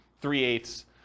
three-eighths